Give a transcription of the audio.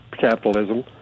capitalism